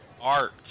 art